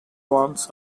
ones